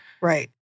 Right